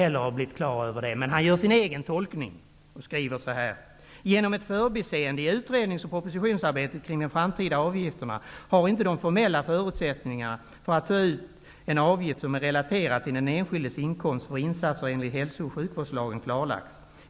Han gör emellertid sin egen tolkning i en skrivelse från Kommunförbundet till socialutskottet: ''Genom ett förbiseende i utrednings och propositionsarbetet kring de framtida avgifterna har inte de formella förutsättningarna för att ta ut en avgift som är relaterad till den enskildes inkomst för insatser enligt hälso och sjukvårdslagen klarlagts.